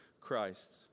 Christ